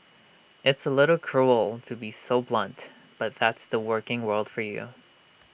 it's A little cruel to be so blunt but that's the working world for you